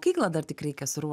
kyklą dar tik reikia suruo